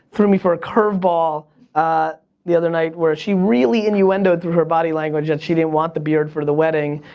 threw me for a curve-ball ah the other night where she really innuendoed through her body language that she didn't want the beard for the wedding,